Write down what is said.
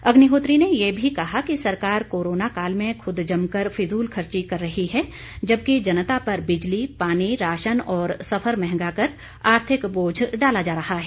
अग्निहोत्री ने ये भी कहा कि सरकार कोरोना काल में खुद जमकर फिजूलखर्ची कर रही है जबकि जनता पर बिजली पानी राशन और सफर महंगा कर आर्थिक बोझ डाला जा रहा है